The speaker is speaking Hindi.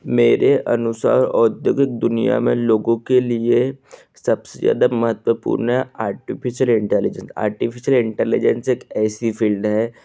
मेरे अनुसार औद्योगिक दुनिया में लोगों के लिए सबसे ज़्यादा महत्वपूर्ण है आर्टिफिशियल इंटेलिजेंस आर्टिफिशियल इंटेलिजेंस एक ऐसी फील्ड है